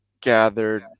gathered